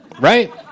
Right